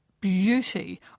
beauty